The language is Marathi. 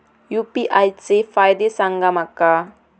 यू.पी.आय चे फायदे सांगा माका?